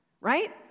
Right